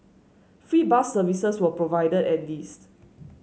free bus services were provided at least